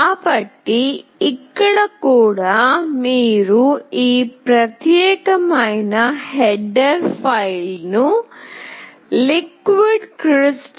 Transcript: కాబట్టి ఇక్కడ కూడా మీరు ఈ ప్రత్యేకమైన హెడర్ ఫైల్ను లిక్విడ్క్రిస్టల్